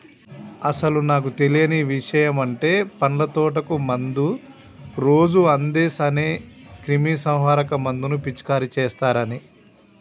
అసలు నాకు తెలియని ఇషయమంటే పండ్ల తోటకు మందు రోజు అందేస్ అనే క్రిమీసంహారక మందును పిచికారీ చేస్తారని